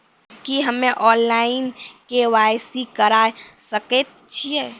की हम्मे online, KYC करा सकैत छी?